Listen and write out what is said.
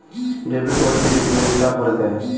Debit और credit में क्या फर्क है?